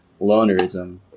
Lonerism